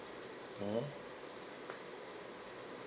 mmhmm